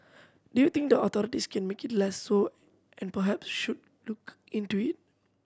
do you think the authorities can make it less so and perhaps should look into it